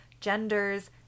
genders